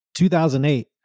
2008